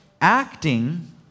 acting